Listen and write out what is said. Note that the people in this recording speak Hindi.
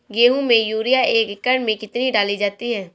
गेहूँ में यूरिया एक एकड़ में कितनी डाली जाती है?